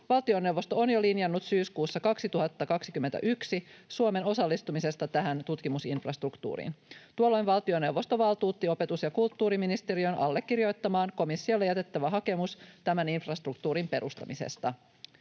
Valtioneuvosto on jo linjannut syyskuussa 2021 Suomen osallistumisesta tähän tutkimusinfrastruktuuriin. Tuolloin valtioneuvosto valtuutti opetus- ja kulttuuriministeriön allekirjoittamaan komissiolle jätettävän hakemuksen tämän infrastruktuurin perustamisesta.